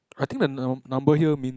I think the num~ number here mean